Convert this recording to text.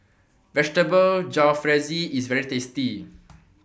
Vegetable Jalfrezi IS very tasty